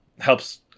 helps